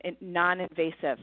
non-invasive